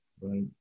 Right